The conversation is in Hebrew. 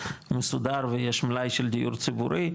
מסודר ויש מלאי של דיור ציבורי,